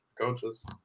coaches